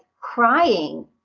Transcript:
crying